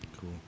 Cool